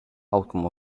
outcome